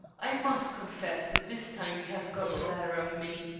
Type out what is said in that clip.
i must confess that this time you have got the better of me.